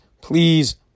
please